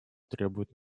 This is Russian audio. требуют